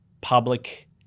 public